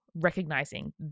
recognizing